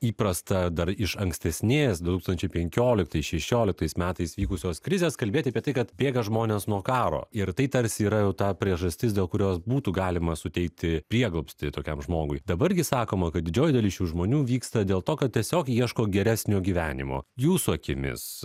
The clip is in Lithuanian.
įprasta dar iš ankstesnės du tūkstančiai penkioliktais šešioliktais metais vykusios krizės kalbėt apie tai kad bėga žmonės nuo karo ir tai tarsi yra jau ta priežastis dėl kurios būtų galima suteikti prieglobstį tokiam žmogui dabar gi sakoma kad didžioji dalis šių žmonių vyksta dėl to kad tiesiog ieško geresnio gyvenimo jūsų akimis